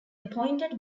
appointed